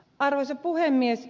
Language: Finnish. arvoisa puhemies